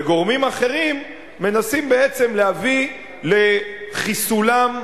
וגורמים אחרים מנסים להביא לחיסולם,